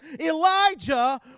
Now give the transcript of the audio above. Elijah